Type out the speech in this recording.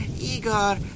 Igor